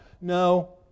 No